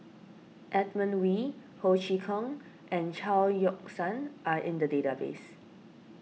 Edmund Wee Ho Chee Kong and Chao Yoke San are in the database